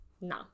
No